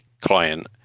client